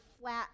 flat